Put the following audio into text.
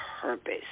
purpose